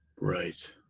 right